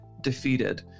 defeated